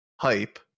hype